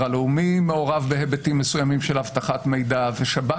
הלאומי מעורב בהיבטים מסוימים של אבטחת מידע ושב"כ